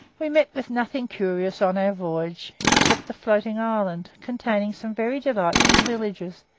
we met with nothing curious on our voyage, except a floating island, containing some very delightful villages,